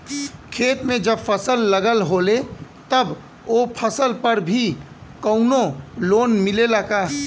खेत में जब फसल लगल होले तब ओ फसल पर भी कौनो लोन मिलेला का?